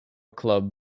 club